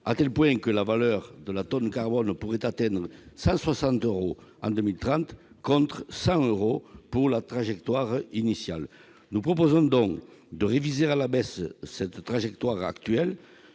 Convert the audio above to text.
si bien que la valeur de la tonne carbone pourrait atteindre 160 euros en 2030, contre 100 euros pour la trajectoire initiale ! Nous proposons donc de réviser la trajectoire actuelle